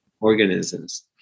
Organisms